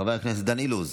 חבר הכנסת דן אילוז,